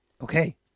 Okay